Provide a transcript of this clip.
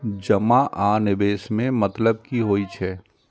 जमा आ निवेश में मतलब कि होई छै?